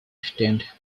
tent